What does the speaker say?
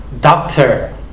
doctor